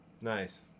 Nice